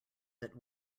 that